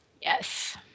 Yes